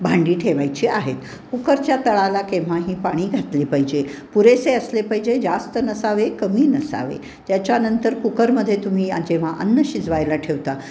भांडी ठेवायची आहेत कुकरच्या तळाला केव्हाही पाणी घातले पाहिजे पुरेसे असले पाहिजे जास्त नसावे कमी नसावे त्याच्यानंतर कुकरमध्ये तुम्ही जेव्हा अन्न शिजवायला ठेवता